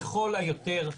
לכל היותר.